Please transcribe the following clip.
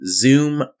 Zoom